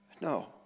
No